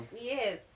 yes